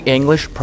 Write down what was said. English